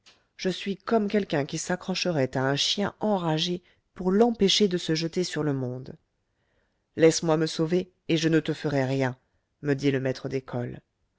je suis comme quelqu'un qui s'accrocherait à un chien enragé pour l'empêcher de se jeter sur le monde laisse-moi me sauver et je ne te ferai rien me dit le maître d'école